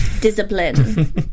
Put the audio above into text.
Discipline